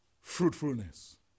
fruitfulness